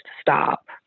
stop